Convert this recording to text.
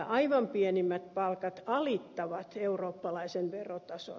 aivan pienimmät palkat alittavat eurooppalaisen verotason